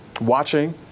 watching